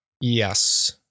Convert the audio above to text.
Yes